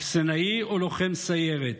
אפסנאי או לוחם סיירת?